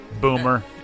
Boomer